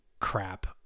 crap